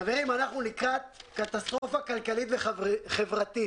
חברים, אנחנו לקראת קטסטרופה כלכלית וחברתית.